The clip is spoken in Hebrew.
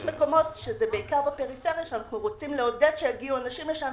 יש מקומות שזה בעיקר בפריפריה שאנחנו רוצים לעודד אנשים להגיע לשם.